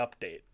update